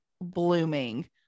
blooming